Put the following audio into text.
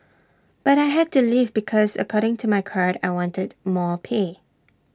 but I had to leave because according to my card I wanted more pay